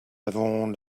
avons